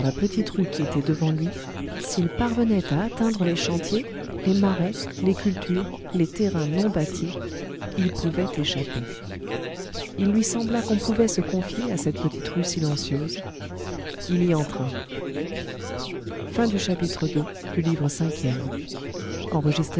petite rue qui était devant lui s'il parvenait à atteindre les chantiers les marais les cultures les terrains non bâtis il pouvait échapper il lui sembla qu'on pouvait se confier à cette petite rue silencieuse il y entra chapitre iii